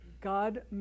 God